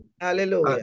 Hallelujah